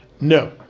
No